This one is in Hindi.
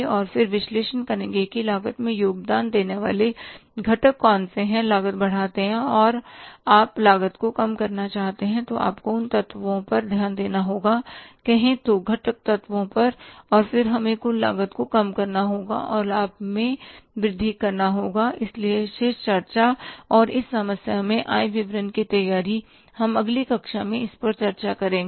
और फिर विश्लेषण करें कि लागत में योगदान देने वाले घटक कौन से हैं जो लागत बढ़ाते हैं और आप लागत को कम करना चाहते हैं तो आपको उन तत्वों पर ध्यान देना होगा कहे तो घटक तत्वों पर और फिर हमें कुल लागत को कम करना होगा और लाभ में वृद्धि करना होगा इसलिए शेष चर्चा और इस समस्या में आय विवरण की तैयारी हम अगली कक्षा में इस पर चर्चा करेंगे